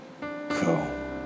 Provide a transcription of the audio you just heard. go